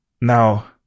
Now